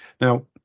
Now